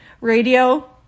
Radio